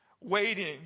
waiting